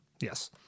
Yes